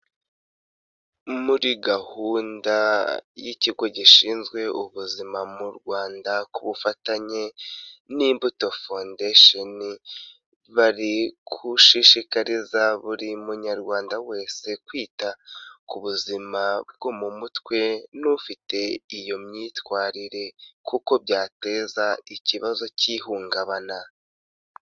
Muri gahunda y'ikigo gishinzwe ubuzima mu Rwanda kubufatanye n'imbuto foundation. Bari gushishikariza buri munyarwanda wese kwita ku buzima bwo mu mutwe n'ufite iyo myitwarire kuko byateza ikibazo cy'ihungabana.